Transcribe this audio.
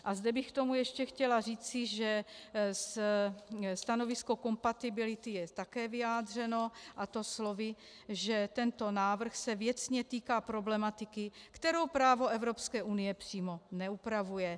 A zde bych k tomu ještě chtěla říci, že stanovisko kompatibility je také vyjádřeno, a to slovy, že tento návrh se věcně týká problematiky, kterou právo EU přímo neupravuje.